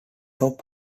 top